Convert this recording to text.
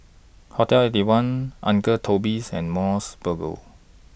Hotel Eighty One Uncle Toby's and Mos Burger